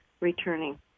returning